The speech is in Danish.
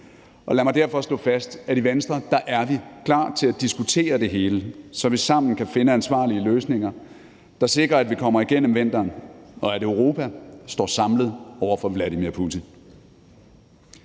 og lad mig derfor slå fast, at vi i Venstre er klar til at diskutere det hele, så vi sammen kan finde ansvarlige løsninger, der sikrer, at vi kommer igennem vinteren, og at Europa står samlet over for Vladimir Putin.